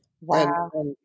Wow